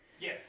Yes